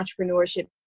entrepreneurship